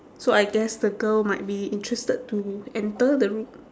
so I guess the girl might be interested to enter the room